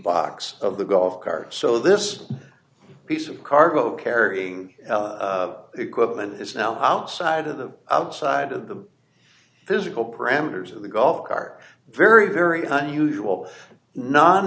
box of the golf cart so this piece of cargo carrying equipment is now outside of the outside of the physical parameters of the golf cart very very unusual non